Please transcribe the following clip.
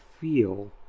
feel